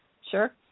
sure